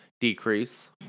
decrease